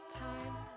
time